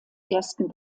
ersten